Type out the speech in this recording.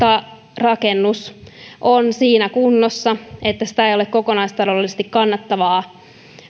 rakennus on siinä kunnossa että sitä ei ole kokonaistaloudellisesti kannattavaa